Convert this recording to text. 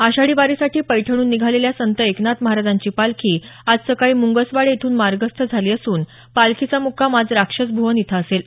आषाढी वारीसाठी पैठणहून निघालेल्या संत एकनाथ महाराजांची पालखी आज सकाळी मुंगसवाडे इथून मार्गस्थ झाली असून पालखीचा मुक्काम आज राक्षसभुवन इथं असेल